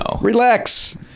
Relax